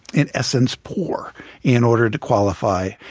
in essence, poor in order to qualify.